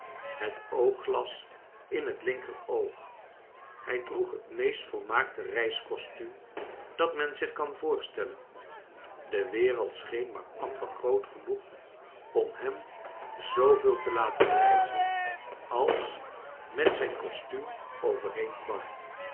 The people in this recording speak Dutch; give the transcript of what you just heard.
het oogglas in het linker oog hij droeg het meest volmaakte reiskostuum dat men zich kan voorstellen de wereld scheen maar amper groot genoeg om hem zooveel te laten reizen als met zijn kostuum